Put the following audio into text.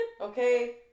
Okay